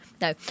No